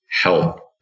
help